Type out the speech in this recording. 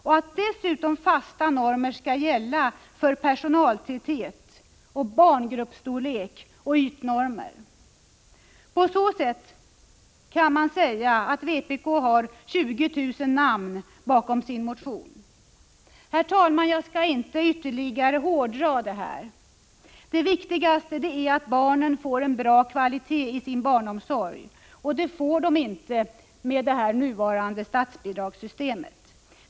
Dessutom skall fasta normer gälla för personaltäthet, barngruppsstorlek och ytnormer. På så sätt kan man säga att vpk har 20 000 namn bakom sin motion. Herr talman! Jag skall inte ytterligare hårdra detta. Det viktigaste är att barnen får en bra kvalitet i sin omsorg, och det får de inte med nuvarande statsbidragssystem.